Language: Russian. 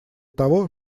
того